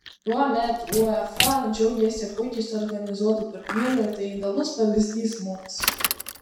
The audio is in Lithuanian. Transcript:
tuomet uefa džiaugėsi puikiai suorganizuotu turnyru ir tai idealus pavyzdys mums